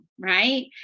Right